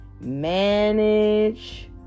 manage